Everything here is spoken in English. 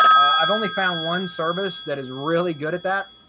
i've only found one service that is really good at that,